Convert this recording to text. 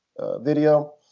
video